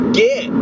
get